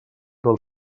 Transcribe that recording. del